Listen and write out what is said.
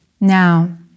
Now